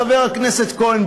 חבר הכנסת כהן,